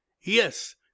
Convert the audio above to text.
yes